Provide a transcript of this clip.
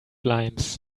limes